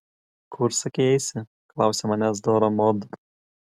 kur sakei eisi klausia manęs dora mod